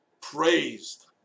praised